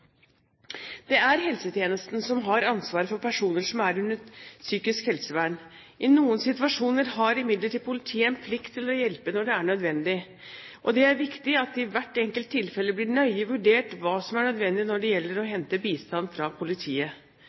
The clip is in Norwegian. Det er helsetjenesten som har ansvar for personer som er under psykisk helsevern. Politiet har imidlertid en plikt til å hjelpe i situasjoner der det er nødvendig. Det er viktig at det i hvert enkelt tilfelle blir nøye vurdert hva som er nødvendig, når det gjelder å hente bistand fra politiet.